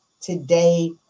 today